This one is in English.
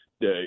day